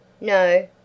No